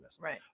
Right